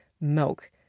milk